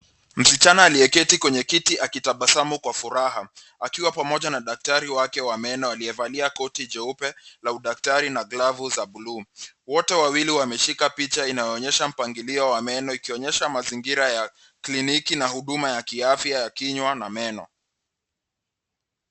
Msichana aliyeketi kwenye kiti akitabasamu kwa furaha, akiwa pamoja na daktari wake wa meno aliyevalia koti jeupe la udaktari na glavu za buluu. Wote wawili wameshika picha inayoonyesha mpangilio wa meno ikionyesha mazingira ya kliniki na huduma ya kiafya ya kinywa na meno.